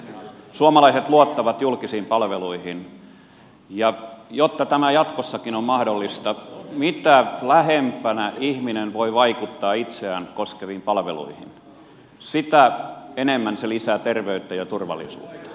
suomalaiset luottavat julkisiin palveluihin ja jotta tämä jatkossakin on mahdollista mitä lähempänä ihminen voi vaikuttaa itseään koskeviin palveluihin sitä enemmän se lisää terveyttä ja turvallisuutta